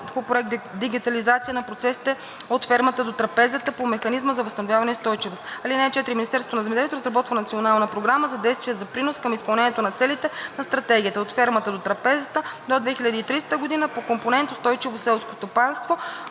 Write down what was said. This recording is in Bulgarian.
от проект „Дигитализация на процесите от фермата до трапезата“ по Механизма за възстановяване и устойчивост. (4) Министерството на земеделието разработва Национална програма за действие за принос към изпълнение на целите на Стратегията „От фермата до трапезата“ до 2030 г. по компонент „Устойчиво селско стопанство“